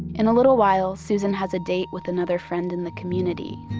in a little while, susan has a date with another friend in the community.